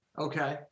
okay